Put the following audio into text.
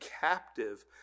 captive